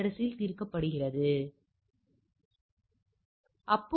3 ஆக மாறும்